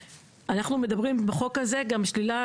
אנחנו מדברים בחוק הזה גם על שלילת